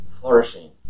flourishing